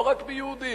לא רק ביהודים,